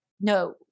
no